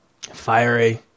Fiery